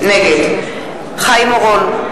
נגד חיים אורון,